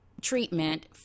treatment